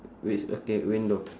which okay window